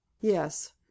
Yes